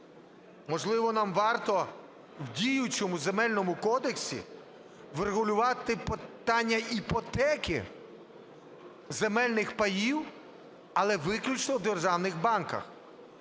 Можливо, нам варто в діючому Земельному кодексі врегулювати питання іпотеки земельних паїв, але виключно в державних банках